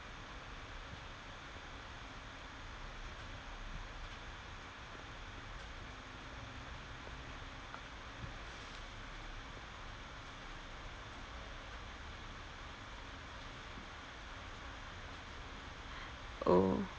oh